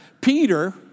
Peter